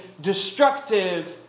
destructive